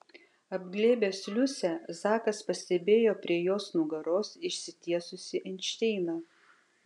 apglėbęs liusę zakas pastebėjo prie jos nugaros išsitiesusį einšteiną